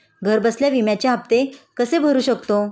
घरबसल्या विम्याचे हफ्ते कसे भरू शकतो?